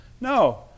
No